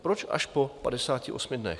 Proč až po 58 dnech?